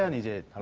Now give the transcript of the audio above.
and he said,